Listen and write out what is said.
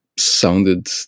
sounded